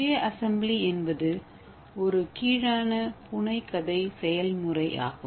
சுய அசெம்பிளி என்பது ஒரு கீழான புனை கதை செயல் முறை ஆகும்